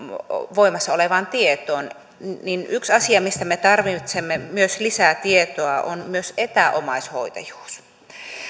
voimassa olevaan tietoon niin yksi asia mistä me myös tarvitsemme lisää tietoa on etäomaishoitajuus